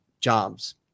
jobs